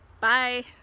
bye